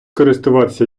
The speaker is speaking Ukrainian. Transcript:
користуватися